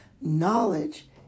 knowledge